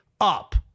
up